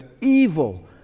evil